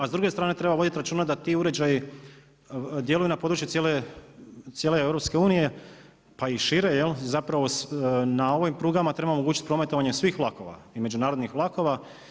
A s druge strane treba voditi računa da ti uređaji djeluju na području cijele EU pa i šire zapravo na ovim prugama treba omogućiti prometovanje svih vlakova i međunarodnih vlakova.